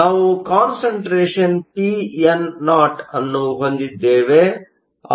ನಾವು concentration pno ಅನ್ನು ಹೊಂದಿದ್ದೇವೆ